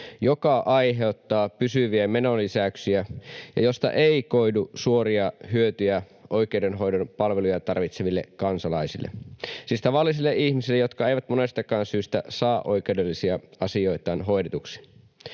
joka aiheuttaa pysyviä menolisäyksiä ja josta ei koidu suoria hyötyjä oikeudenhoidon palveluja tarvitseville kansalaisille, siis tavallisille ihmisille, jotka eivät monestakaan syystä saa oikeudellisia asioitaan hoidetuiksi.